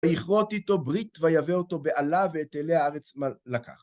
ויכרות איתו ברית, ויבא אותו באלה, ואת אילי הארץ לקח.